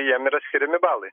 jiem yra skiriami balai